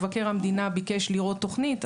מבקר המדינה ביקש לראות תוכנית,